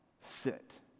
sit